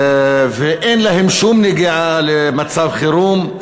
ואין להם שום נגיעה במצב חירום,